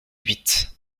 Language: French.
huit